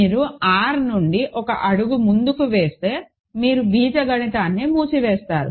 మీరు R నుండి ఒక అడుగు ముందుకు వేస్తే మీరు బీజగణితాన్ని మూసివేస్తారు